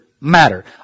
matter